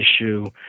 issue